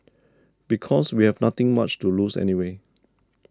because we have nothing much to lose anyway